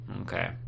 okay